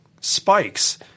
spikes